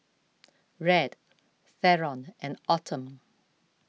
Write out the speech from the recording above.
Red theron and Autumn